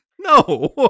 No